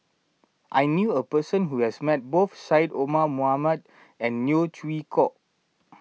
I knew a person who has met both Syed Omar Mohamed and Neo Chwee Kok